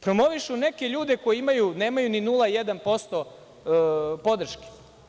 Promovišu neke ljude koji nemaju ni 0,1% podrške.